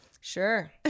sure